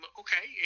okay